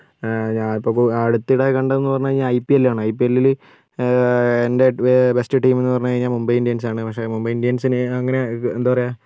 ഞാനിപ്പോൾ അടുത്തിടെ കണ്ടതെന്ന് പറഞ്ഞു കഴിഞ്ഞാൽ ഐ പി എൽ ആണ് ഐ പി എല്ലില് എൻറ്റെ ബെസ്റ്റ് ടീം എന്ന് പറഞ്ഞു കഴിഞ്ഞാ മുംബൈ ഇന്ത്യൻസ് ആണ് പക്ഷേ മുംബൈ ഇന്ത്യൻസ്ന് അങ്ങനെ എന്താ പറയാ